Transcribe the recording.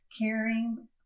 caring